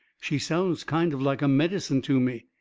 she sounds kind of like a medicine to me.